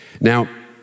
Now